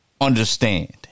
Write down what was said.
understand